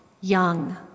young